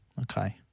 Okay